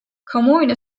kamuoyuna